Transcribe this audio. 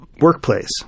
workplace